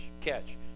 catch